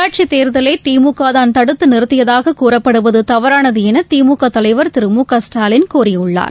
உள்ளாட்சித் தேர்தலை திமுகதான் தடுத்து நிறுத்தியதாக கூறப்படுவது தவறானது என திமுக தலைவர் திரு மு க ஸ்டாலின் கூறியுள்ளார்